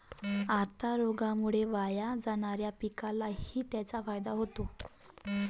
आता रोगामुळे वाया जाणाऱ्या पिकालाही त्याचा फायदा होतो